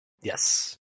Yes